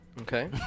Okay